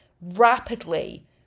rapidly